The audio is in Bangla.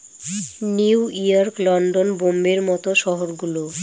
নিউ ইয়র্ক, লন্ডন, বোম্বের মত শহর গুলো